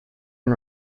and